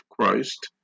Christ